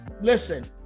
listen